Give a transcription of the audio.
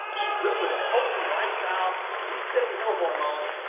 she's living with a healthy lifestyle, resetting her hormones.